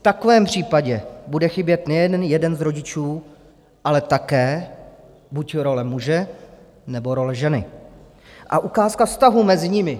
V takovém případě bude chybět nejen jeden z rodičů, ale také buď role muže, nebo role ženy a ukázka vztahu mezi nimi.